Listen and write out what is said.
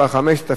התשע"ב 2012,